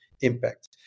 impact